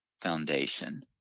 foundation